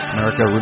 America